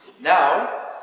Now